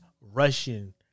russian